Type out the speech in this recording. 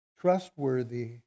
trustworthy